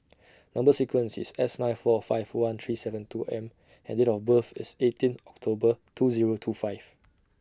Number sequence IS S nine four five one three seven two M and Date of birth IS eighteenth October two Zero two five